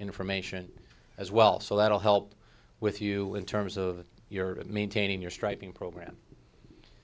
information as well so that will help with you in terms of your maintaining your striping program